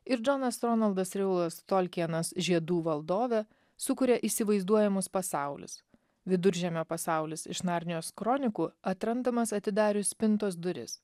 ir džonas ronaldas riulas tolkienas žiedų valdove sukuria įsivaizduojamus pasaulius viduržemio pasaulis iš narnijos kronikų atrandamas atidarius spintos duris